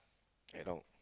around